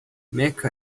meca